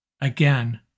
Again